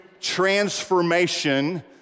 transformation